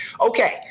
okay